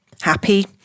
Happy